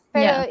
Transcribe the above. Pero